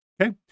Okay